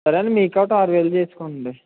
సరే అండి మీకు కాబట్టి ఆరువేలు చేసుకోండి